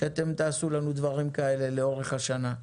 שאתם תעשו לנו דברים כאלה לאורך השנה.